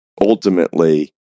Ultimately